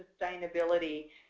sustainability